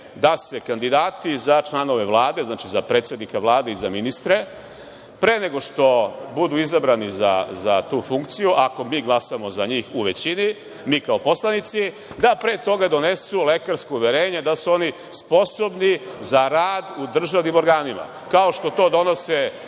da se kandidati za članove Vlade, znači za predsednika Vlade i ministre, pre nego što budu izabrani za tu funkciju, ako mi glasamo za njih u većini, mi kao poslanici, da pre toga donesu lekarsko uverenje da su oni sposobni za rad u državnim organima, kao što to donose